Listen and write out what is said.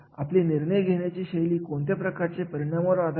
आता आपण कार्याच्या मूल्यमापनाच्या प्रक्रियेविषयी बोलूयात